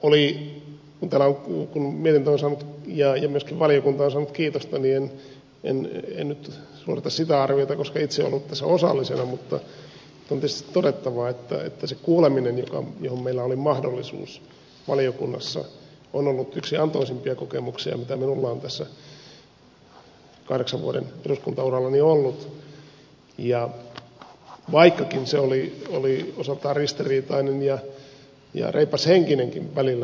totean vain kun mietintö ja myöskin valiokunta on saanut kiitosta niin en nyt suorita sitä arviota koska itse olen ollut tässä osallisena että se kuuleminen johon meillä oli mahdollisuus valiokunnassa on ollut yksi antoisimpia kokemuksia mitä minulla on tässä kahdeksan vuoden eduskuntaurallani ollut vaikkakin se oli osaltaan ristiriitainen ja reipashenkinenkin välillä